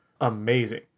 amazing